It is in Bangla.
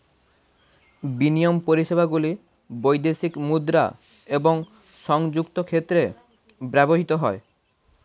বিনিময় পরিষেবাগুলি বৈদেশিক মুদ্রা এবং সংযুক্ত ক্ষেত্রে ব্যবহৃত হয়